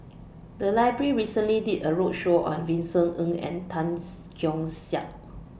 The Library recently did A roadshow on Vincent Ng and Tan Keong Saik